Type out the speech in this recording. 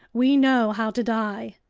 we know how to die!